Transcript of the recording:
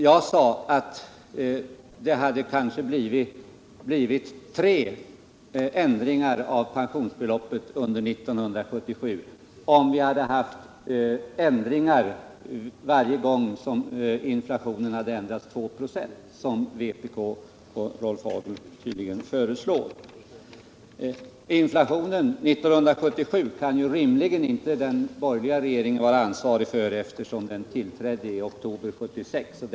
Jag sade att det hade kanske blivit fem ändringar av pensionsbeloppet under 1977, om vi hade genomfört en ändring varje gång priserna ökat med 2 8, vilket vpk och Rolf Hagel föreslagit. Inflationen 1977 kan rimligen inte den borgerliga regeringen vara ansvarig för, eftersom den tillträdde i oktober 1976.